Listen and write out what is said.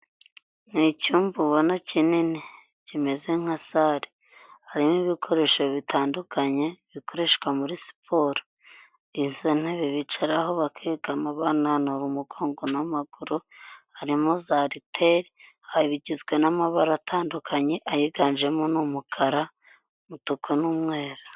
Ni icyumba ubona kinini kimeze nka sale, harimo ibikoresho bitandukanye bikoreshwa muri siporo. Izo ntebe bicaraho bakegama bananura umugongo n'amaguru, harimo za ariteli bigizwe n'amabara atandukanye. Ayiganjemo ni umukara, umutuku n'umweru.